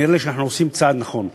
נראה לי שאנחנו עושים צעד נכון,